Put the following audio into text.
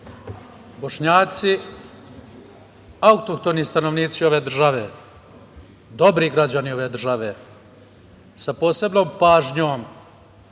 Bošnjaci, autohtoni stanovnici ove države, dobri građani ove države, sa posebnom pažnjom